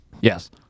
Yes